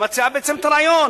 שמציעה בעצם את הרעיון.